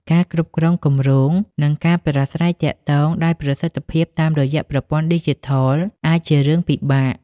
ការគ្រប់គ្រងគម្រោង និងការប្រាស្រ័យទាក់ទងដោយប្រសិទ្ធភាពតាមរយៈប្រព័ន្ធឌីជីថល អាចជារឿងពិបាក។